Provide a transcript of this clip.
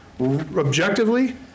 objectively